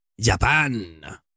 Japan